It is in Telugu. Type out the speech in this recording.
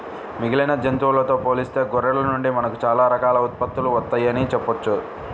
మిగిలిన జంతువులతో పోలిస్తే గొర్రెల నుండి మనకు చాలా రకాల ఉత్పత్తులు వత్తయ్యని చెప్పొచ్చు